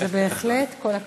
בהחלט כל הכבוד.